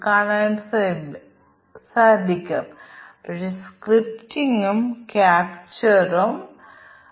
അതിനാൽ നിങ്ങൾ നേരത്തെ തീരുമാന പട്ടിക വികസനത്തിൽ ചെയ്യുന്നതുപോലെ സാധ്യമായ എല്ലാ കോമ്പിനേഷനുകളും ഞങ്ങൾ ശരിക്കും പരിഗണിക്കേണ്ടതില്ല